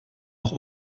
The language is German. auch